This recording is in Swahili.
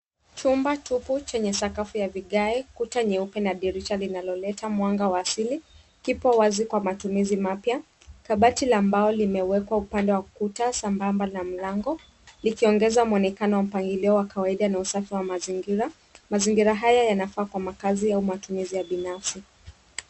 Chumba tupu chenye sakafu ya vigae, kuta nyeupe na dirisha linaloleta mwanga wa asili kipo wazi kwa matumizi mapya. Kabati la mbao limewekwa upande wa ukuta sambamba na mlango likiongeza mwonekanao wa mpangilio wa kawaida na usafi wa mazingira. Mazingira haya yanafaa kwa makazi au matumizi ya binafsi.